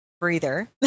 breather